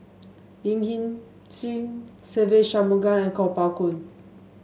Lin Hsin Hsin Se Ve Shanmugam and Kuo Pao Kun